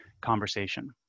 conversation